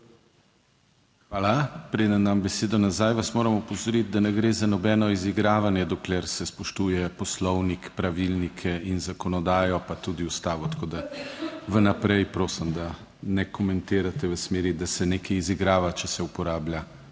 Hvala. Preden dam besedo nazaj, vas moram opozoriti, da ne gre za nobeno izigravanje, dokler se spoštuje Poslovnik, pravilnike in zakonodajo, pa tudi Ustavo. Tako da vnaprej prosim, da ne komentirate v smeri, da se nekaj izigrava, če se uporablja